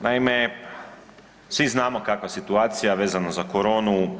Naime, svi znamo kakva je situacija vezana za koronu.